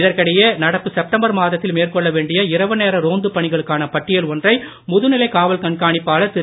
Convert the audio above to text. இதற்கிடையே நடப்பு செப்டம்பர் மாதத்தில் மேற்கொள்ள வேண்டிய இரவு நேர ரோந்து பணிகளுக்கான பட்டியல் ஒன்றை முதுநிலை காவல் கண்காணிப்பாளர் திரு